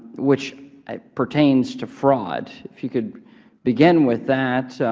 which pertains to fraud. if you could begin with that,